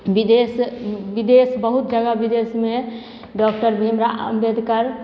विदेश विदेश बहुत जगह विदेशमे डॉक्टर भीम राव अम्बेडकर